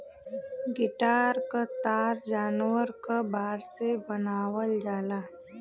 guitar क तार जानवर क बार से बनावल जाला